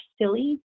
silly